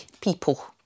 people